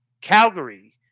Calgary